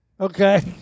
Okay